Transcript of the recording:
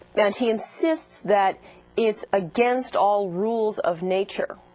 and he insists that it's against all rules of nature.